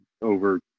Over